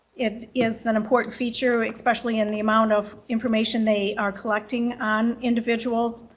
it is an important feature especially in the amount of information they are collecting on individuals,